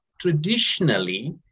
Traditionally